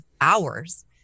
hours